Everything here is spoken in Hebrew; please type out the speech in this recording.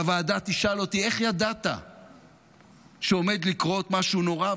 והוועדה תשאל אותי: איך ידעת שעומד לקרות משהו נורא?